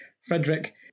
Frederick